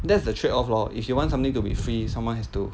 that's the trade off lor if you want something to be free someone has to